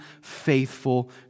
faithful